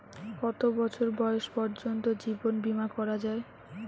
কত বছর বয়স পর্জন্ত জীবন বিমা করা য়ায়?